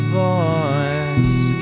voice